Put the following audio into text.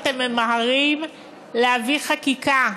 אתם ממהרים להביא חקיקה,